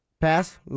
Pass